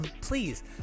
please